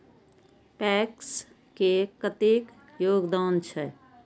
PACS के कतेक योगदान छै?